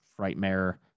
Frightmare